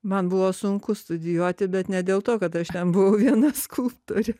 man buvo sunku studijuoti bet ne dėl to kad aš ten buvau viena skulptorė